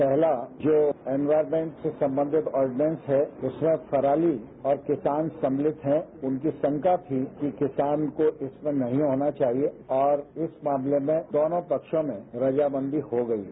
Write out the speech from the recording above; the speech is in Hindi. पहला जो एन्वायमेंट से सम्बंधित ऑर्डिनेस है उसमें पराली और किसान सम्मिलित है उनकी शंका थी कि किसान को इसमें नहीं आना चाहिए और इस मामले में दोनों पक्षों में रजामंदी हो गई है